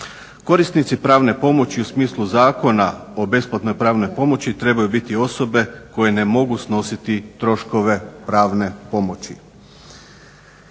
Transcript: Korisnici pravne pomoći u smislu Zakona o besplatnoj pravnoj pomoći trebaju biti osobe koje ne mogu snositi troškove pravne pomoći.